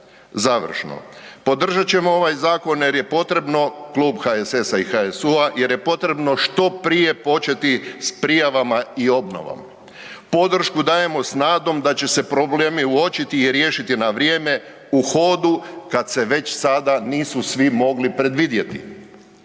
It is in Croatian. završno, podržat ćemo ovaj zakon jer je potrebno, Klub HSS i HSU-a jer je potrebno što prije početi s prijavama i obnovom. Podršku dajemo s nadom da će se problemi uočiti i riješiti na vrijeme u hodu kad se već sada nisu svi mogli predvidjeti.